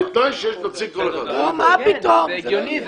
זה הגיוני.